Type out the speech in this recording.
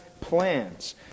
plans